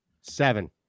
Seven